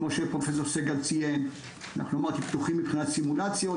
כמו שפרופ' סגל ציין אנחנו פתוחים מבחינת סימולציות.